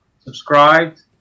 subscribed